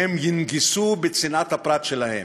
והם ינגסו בצנעת הפרט שלהם,